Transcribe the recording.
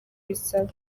bisaba